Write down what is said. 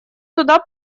туда